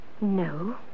No